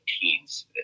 teens